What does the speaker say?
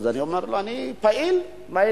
אז אני אומר לו: אני פעיל בעדה.